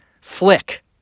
Flick